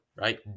right